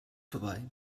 vorbei